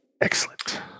Excellent